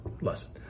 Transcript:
lesson